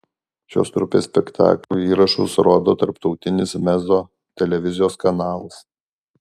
šios trupės spektaklių įrašus rodo tarptautinis mezzo televizijos kanalas